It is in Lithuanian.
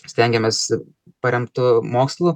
stengiamės paremtu mokslu